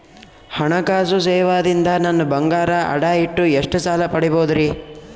ಹಣಕಾಸು ಸೇವಾ ದಿಂದ ನನ್ ಬಂಗಾರ ಅಡಾ ಇಟ್ಟು ಎಷ್ಟ ಸಾಲ ಪಡಿಬೋದರಿ?